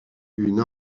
une